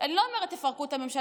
אני לא אומרת: תפרקו את הממשלה,